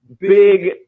big